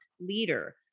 leader